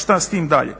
šta s tim dalje.